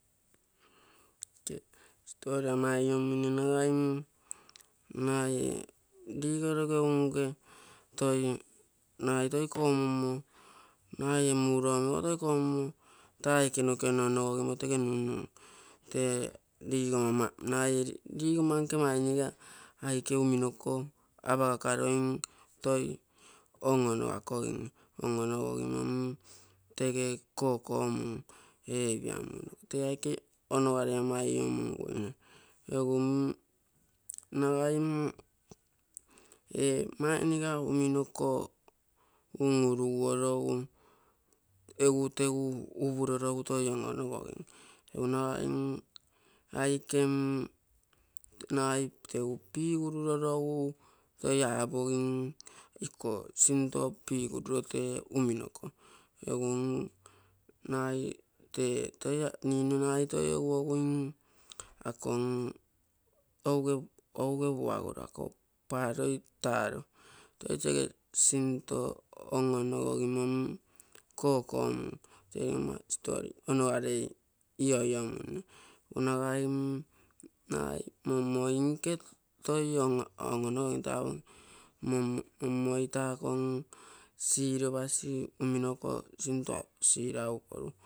Tee stori ama iniomunne nagai mm ligoroge unge nagai toi kommunmo nagai ee muro omi ogo toi komummo taa aike noke ononogomigo tege nunnung. Nagai ee ligomma nko mainiga aike unimoko apagakaroi toi ononogakogim, ononogogimo mm tege. Kokomun ipiamunno, tee aike onogarei ama iniomummoi. Egu mm nagai mm ee mainiga unimoko un-uruguorogu egu tegu upurorogu toi ononogogim, egu nagai aike mm nagai tegu puirurorogu toi apogim iko sinto piururo tee unimoko, egu mm nagai rinue nagai toi on-ogui ako ouge puaguro, ako puroi taaro, toi tege sinto on-onogogimo mm kokomun tee ligomma stori onogarei iniomuine. Egu nagai mommoi nke toi ononogogim toi apogim mommoi taako siroposi unimoko sinto sirouguoru.